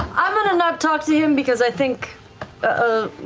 i'm going to not talk to him, because i think ah